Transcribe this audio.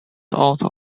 also